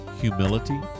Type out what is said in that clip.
humility